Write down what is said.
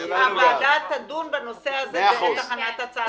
הוועדה תדון בנושא הזה בעת הכנת הצעת החוק לקריאה השנייה והשלישית.